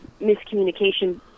miscommunication